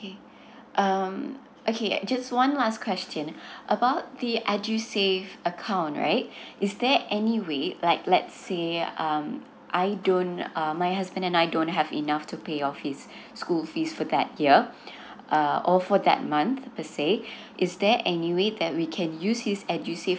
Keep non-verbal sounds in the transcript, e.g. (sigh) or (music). um okay just one last question about the edusave account right is there any way like let's say um I don't um my husband and I don't have enough to pay off his school fees for that year (breath) err or for that month per se is there any way that we can use his edusave